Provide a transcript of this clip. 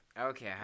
Okay